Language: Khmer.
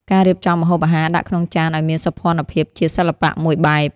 ការរៀបចំម្ហូបអាហារដាក់ក្នុងចានឱ្យមានសោភ័ណភាព ជាសិល្បៈមួយបែប។